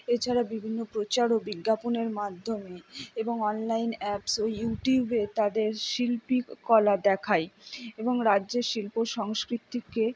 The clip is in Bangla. এছাড়া বিভিন্ন প্রচার ও বিজ্ঞাপনের মাধ্যমে এবং অনলাইন অ্যাপস ও ইউটিউবে তাদের শিল্পী কলা দেখায় এবং রাজ্যের শিল্প সংস্কৃতিকে